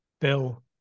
Bill